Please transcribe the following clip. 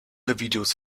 videos